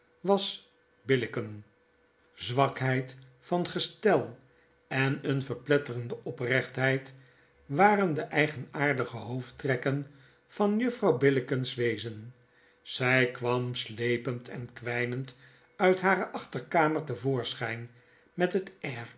was billicken zwakheid van gestel en eene verpletterende oprechtheid waren de eigenaardige hoofdtrekken van juffrouw billicken's wezen zy kwam slepend en kwynend uit hare achterkamer te voorschyn met het